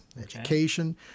education